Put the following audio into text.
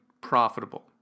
profitable